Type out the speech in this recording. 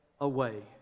away